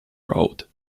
road